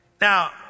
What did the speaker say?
Now